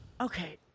Okay